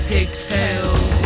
pigtails